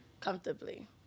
comfortably